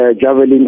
javelin